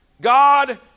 God